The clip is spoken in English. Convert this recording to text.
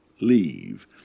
leave